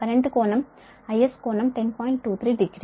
23 degree